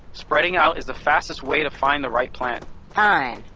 spreading out is the fastest way to find the right plant fine.